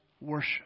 worship